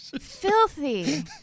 filthy